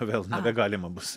vėl nebegalima bus